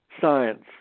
science